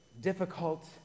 difficult